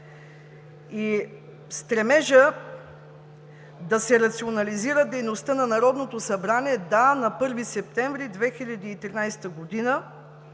В стремеж да се рационализира дейността на Народното събрание, да, на 1 септември 2013 г.